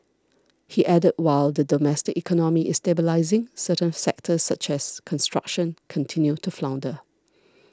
he added while the domestic economy is stabilising certain sectors such as construction continue to flounder